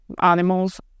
animals